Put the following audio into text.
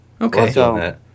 Okay